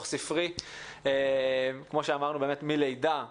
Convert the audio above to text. כמו שאמרנו, מלידה ועד סוף בית הספר.